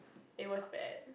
it was bad